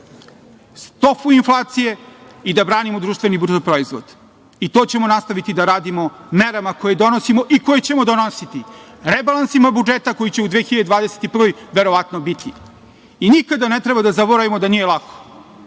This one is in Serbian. stopu inflacije i da branimo društveni bruto proizvod. To ćemo nastaviti da radimo merama koje donosimo i koje ćemo donositi rebalansima budžeta koji će u 2021. godini verovatno biti. Nikada ne treba da zaboravimo da nije lako.